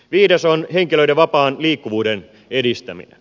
viides on henkilöiden vapaan liikkuvuuden edistäminen